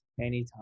anytime